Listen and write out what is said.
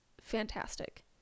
fantastic